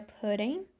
pudding